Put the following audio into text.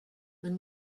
man